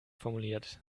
formuliert